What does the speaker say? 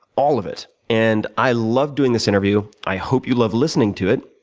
all of it. and i love doing this interview. i hope you love listening to it.